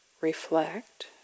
reflect